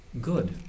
good